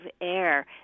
air